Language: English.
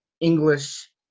English